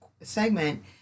segment